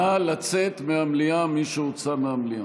נא לצאת מהמליאה, מי שהוצא מהמליאה.